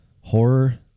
horror